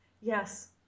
Yes